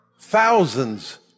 Thousands